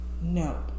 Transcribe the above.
No